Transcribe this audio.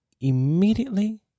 immediately